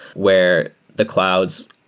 where the clouds,